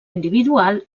individual